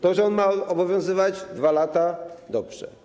To, że on ma obowiązywać 2 lata - dobrze.